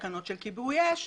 תקנות של כיבוי אש,